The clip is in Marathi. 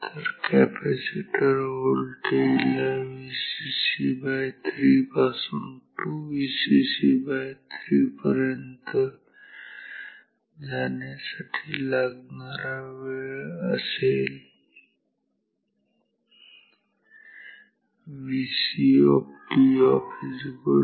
तर कॅपॅसिटर व्होल्टेज ला Vcc3 पासून 2Vcc3 पर्यंत जाण्यासाठी लागणारा वेळ एवढा असेल